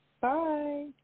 Bye